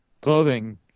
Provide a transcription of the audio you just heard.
clothing